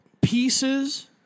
Pieces